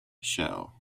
shell